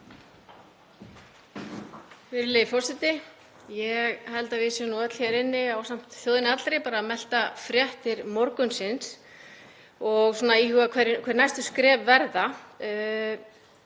Virðulegi forseti. Ég held að við séum öll hér inni ásamt þjóðinni allri bara að melta fréttir morgunsins og að íhuga hver næstu skref verða.